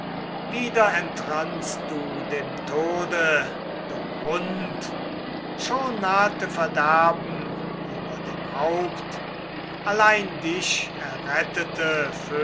wieder entrannst du dem tode du hund schon nahte verderben über dein haupt allein dich errettete